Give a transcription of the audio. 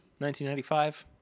1995